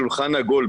שולחן עגול,